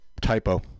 typo